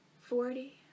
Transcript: forty